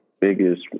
biggest